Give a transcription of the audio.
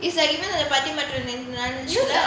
is like even அந்த பட்டிமன்றத்துல:antha pattimanrathula